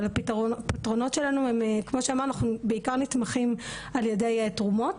אבל הפתרונות שלנו הם כמו שאמרנו אנחנו בעיקר נתמכים על ידי תרומות